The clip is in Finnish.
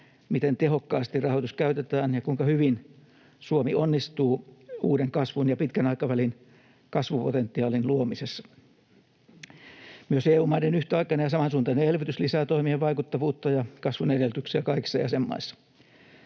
miten tehokkaasti rahoitus käytetään ja kuinka hyvin Suomi onnistuu uuden kasvun ja pitkän aikavälin kasvupotentiaalin luomisessa. Myös EU-maiden yhtäaikainen ja samansuuntainen elvytys lisää toimien vaikuttavuutta ja kasvun edellytyksiä kaikissa jäsenmaissa.